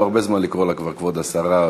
הרבה זמן לקרוא לה כבר "כבוד השרה",